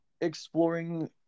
exploring